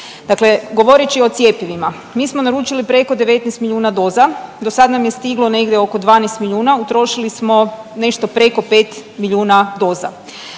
Dakle, govoreći o cjepivima mi smo naručili preko 19 milijuna doza. Dosad nam je stiglo negdje oko 12 milijuna utrošili smo nešto preko 5 milijuna doza.